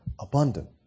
Abundant